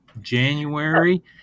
January